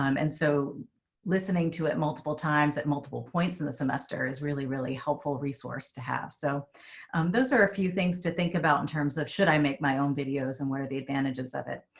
um and so listening to it multiple times at multiple points in the semester is really, really helpful resource to have. so those are a few things to think about in terms of should i make my own videos and what are the advantages of it?